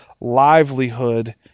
livelihood